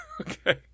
Okay